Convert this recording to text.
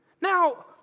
Now